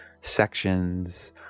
sections